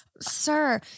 Sir